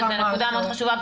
שזו נקודה מאוד חשובה.